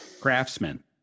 craftsman